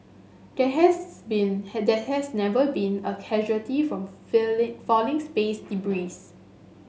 there has been there has never been a casualty from feeling falling space debris